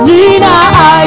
Nina